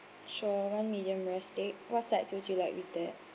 sure one medium rare steak what sides would you like with that